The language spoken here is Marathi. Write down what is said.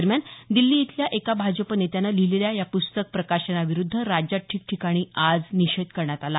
दरम्यान दिल्ली इथल्या एका भाजप नेत्यानं लिहीलेल्या या पुस्तक प्रकाशनाविरुद्ध राज्यात ठिकठिकाणी आज निषेध करण्यात आला